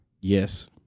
Yes